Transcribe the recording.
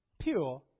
pure